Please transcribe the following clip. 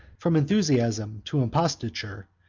from enthusiasm to imposture,